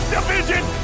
Division